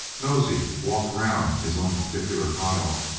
nosey walked round his own particular pile,